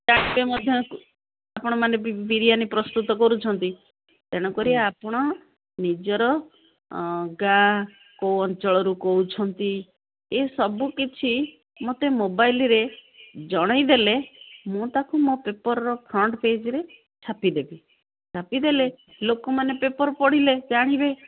ମଧ୍ୟ ଆପଣମାନେ ବିରିୟାନୀ ପ୍ରସ୍ତୁତ କରୁଛନ୍ତି ତେଣୁ କରି ଆପଣ ନିଜର ଗାଁ କେଉଁ ଅଞ୍ଚଳରୁ କହୁଛନ୍ତି ଏ ସବୁକିଛି ମୋତେ ମୋବାଇଲ୍ରେ ଜଣାଇଦେଲେ ମୁଁ ତାକୁ ମୋ ପେପର୍ର ଫ୍ରଣ୍ଟ୍ ପେଜ୍ରେ ଛାପିଦେବି ଛାପିଦେଲେ ଲୋକମାନେ ପେପର୍ ପଢ଼ିଲେ ଜାଣିବେ